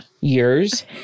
years